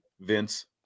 Vince